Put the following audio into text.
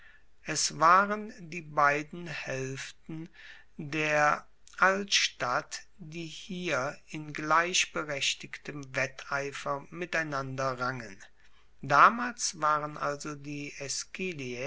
es waren die beiden haelften der altstadt die hier in gleich berechtigtem wetteifer miteinander rangen damals waren also die